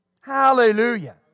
Hallelujah